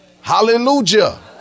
Hallelujah